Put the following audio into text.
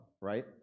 right